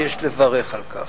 ויש לברך על כך.